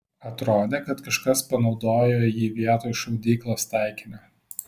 atrodė kad kažkas panaudojo jį vietoj šaudyklos taikinio